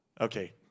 okay